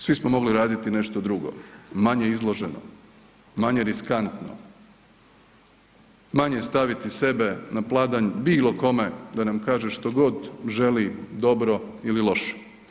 Svi smo mogli raditi nešto drugo, manje izloženo, manje riskantno, manje staviti sebe na pladanj bilo kome da nam kaže što god želi, dobro ili loše.